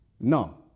No